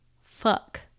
fuck